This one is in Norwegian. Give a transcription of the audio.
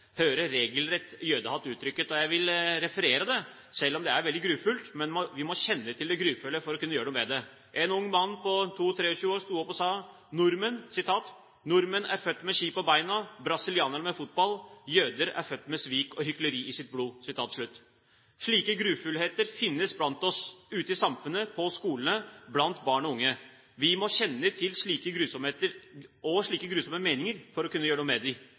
høre regelrett jødehatt uttrykt. Jeg vil referere til det, selv om det er veldig grufullt, men vi må kjenne til det grufulle for å kunne gjøre noe med det. En ung mann på 22–23 år sto opp og sa at nordmenn er født med ski på beina, brasilianerne med fotball, mens jøder er født med svik og hykleri i sitt blod. Slike grufullheter finnes blant oss, ute i samfunnet, på skolene, blant barn og unge. Vi må kjenne til slike grusomheter og slike grusomme meninger for å kunne gjøre noe med